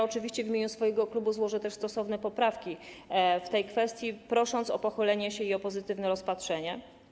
Oczywiście w imieniu swojego klubu złożę stosowne poprawki w tej kwestii, prosząc o pochylenie się nad nimi i o ich pozytywne rozpatrzenie.